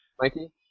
Mikey